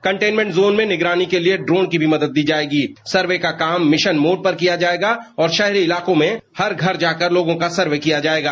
containment zone में निगरानी के लिए ड्रोन की भी मदद ली जाएगी सर्वे का काम मिशन मोड पर किया जाएगा और शहरी इलाकों में हर घर जाकर के लोगों का सर्वे किया जाएगा